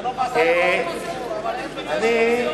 נעשה פה, כאילו זה יום חג.